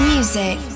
Music